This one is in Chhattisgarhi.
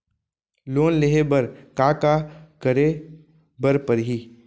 लोन लेहे बर का का का करे बर परहि?